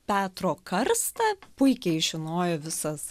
petro karstą puikiai žinojo visas